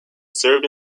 served